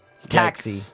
Taxi